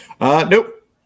Nope